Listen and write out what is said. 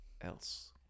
else